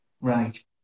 right